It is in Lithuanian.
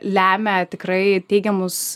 lemia tikrai teigiamus